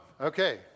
Okay